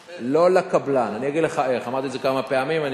כמה דירות ישווקו במסגרת ההסדר?